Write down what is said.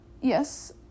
Yes